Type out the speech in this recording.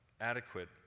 adequate